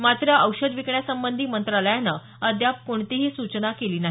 मात्र औषध विकण्यासंबंधी मंत्रालयानं अद्याप कोणतीही सूचना केली नाही